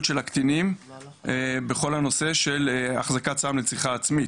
של הקטינים בכל הנושא של החזקת סם לצריכה עצמית.